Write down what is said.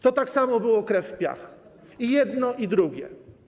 To tak samo było krew w piach - i jedno, i drugie.